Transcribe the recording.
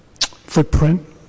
footprint